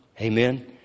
Amen